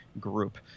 group